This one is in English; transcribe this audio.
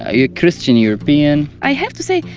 a christian european i have to say,